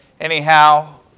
Anyhow